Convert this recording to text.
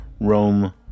Rome